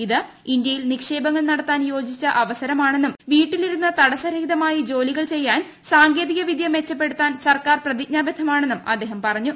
ഇത് ഇന്ത്യയിൽ നിക്ഷേപങ്ങൾ നടത്താൻ യോജിച്ച അവസരമാണെന്നും വീട്ടിലിരുന്ന് തടസ്സരഹിതമായി ജോലികൾ ചെയ്യാൻ സാങ്കേതിക വിദ്യ മെച്ചപ്പെടുത്താൻ സർക്കാർ പ്രതിജ്ഞാബദ്ധമാണെന്നും അദ്ദേഹം പറഞ്ഞു